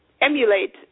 emulate